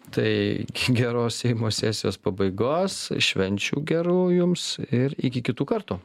tai geros seimo sesijos pabaigos švenčių gerų jums ir iki kitų kartų